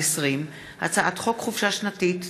פ/5812/20 וכלה בהצעת חוק פ/5835/20: הצעת חוק חופשה שנתית (תיקון,